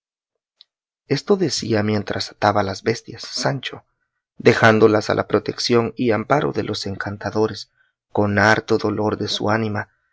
esto decía mientras ataba las bestias sancho dejándolas a la proteción y amparo de los encantadores con harto dolor de su ánima